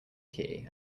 key